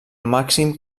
màxim